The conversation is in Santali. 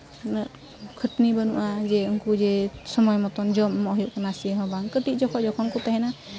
ᱩᱱᱟᱹᱜ ᱠᱷᱟᱹᱴᱟᱹᱱᱤ ᱵᱟᱹᱱᱩᱜᱼᱟ ᱡᱮ ᱩᱱᱠᱩ ᱡᱮ ᱥᱚᱢᱚᱭ ᱢᱚᱛᱚᱱ ᱡᱚᱢ ᱮᱢᱚᱜ ᱦᱩᱭᱩᱜ ᱠᱟᱱᱟ ᱥᱮ ᱵᱟᱝ ᱠᱟᱹᱴᱤᱡ ᱡᱚᱠᱷᱚᱡ ᱡᱚᱠᱷᱚᱱ ᱠᱚ ᱛᱟᱦᱮᱱᱟ